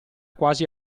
quasi